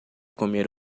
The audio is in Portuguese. comer